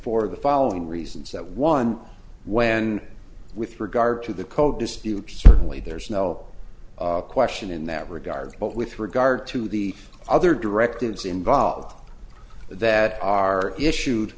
for the following reasons that one when with regard to the code disputes certainly there's no question in that regard but with regard to the other directives involved that are issued